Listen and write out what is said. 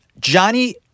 Johnny